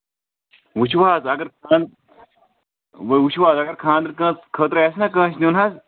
وٕچھِو حظ اَگر وٕچھِو حظ اَگر خاندرٕ کٲت خٲطرٕ آسہِ نہ کٲنسہِ نیُن حظ